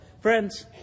Friends